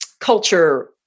culture